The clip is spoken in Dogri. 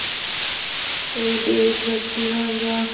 कोई देश भगती दा होई गेआ